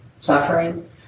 suffering